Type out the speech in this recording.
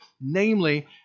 namely